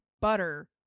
butter